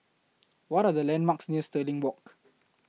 What Are The landmarks near Stirling Walk